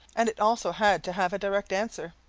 and it also had to have a direct answer.